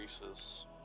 increases